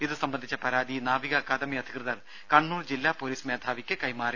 ഇതു സംബന്ധിച്ച പരാതി നാവിക അക്കാദമി അധികൃതർ കണ്ണൂർ ജില്ലാ പൊലീസ് മേധാവിക്ക് കൈമാറി